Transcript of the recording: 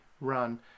run